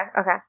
okay